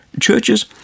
Churches